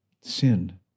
Sin